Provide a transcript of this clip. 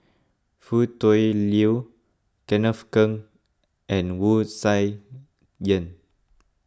Foo Tui Liew Kenneth Keng and Wu Tsai Yen